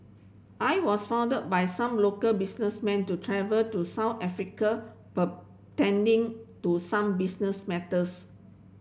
I was funded by some local businessmen to travel to South Africa pertaining to some business matters